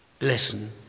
Listen